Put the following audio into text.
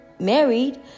married